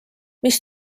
mis